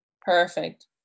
Perfect